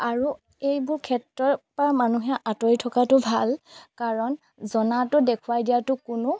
আৰু এইবোৰ ক্ষেত্ৰৰপৰা মানুহে আঁতৰি থকাটো ভাল কাৰণ জনাটো দেখুৱাই দিয়াটো কোনো